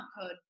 code